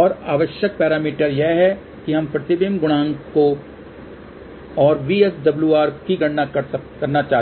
और आवश्यक पैरामीटर यह है कि हम प्रतिबिंब गुणांक और VSWR की गणना करना चाहते हैं